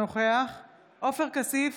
עופר כסיף,